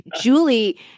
Julie